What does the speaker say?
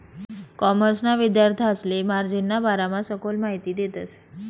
कॉमर्सना विद्यार्थांसले मार्जिनना बारामा सखोल माहिती देतस